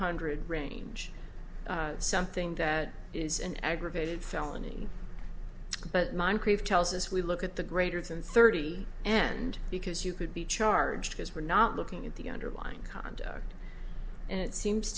hundred range something that is an aggravated felony but mine prove tells us we look at the greater than thirty and because you could be charged because we're not looking at the underlying conduct and it seems